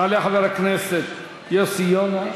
יעלה חבר הכנסת יוסי יונה.